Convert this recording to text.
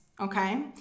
Okay